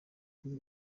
kuri